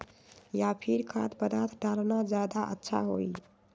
या फिर खाद्य पदार्थ डालना ज्यादा अच्छा होई?